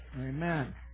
Amen